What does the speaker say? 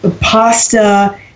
pasta